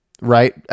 right